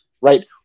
right